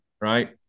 right